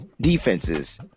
defenses